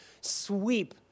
sweep